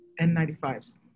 N95s